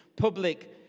public